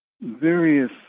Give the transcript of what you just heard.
various